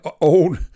old